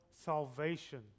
salvation